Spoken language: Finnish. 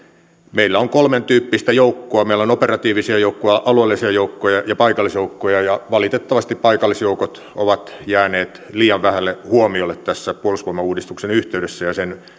meillä on kolmentyyppistä joukkoa meillä on operatiivisia joukkoja alueellisia joukkoja ja paikallisjoukkoja valitettavasti paikallisjoukot ovat jääneet liian vähälle huomiolle tässä puolustusvoimauudistuksen yhteydessä ja sen